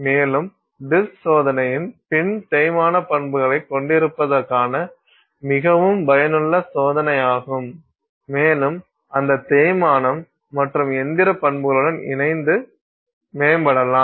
மேலும் டிஸ்க் சோதனையின் பின் தேய்மான பண்புகளைக் கொண்டிருப்பதற்கான மிகவும் பயனுள்ள சோதனையாகும் மேலும் அந்த தேய்மானம் மற்ற இயந்திர பண்புகளுடன் இணைந்து மேம்படலாம்